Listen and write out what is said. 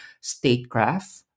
statecraft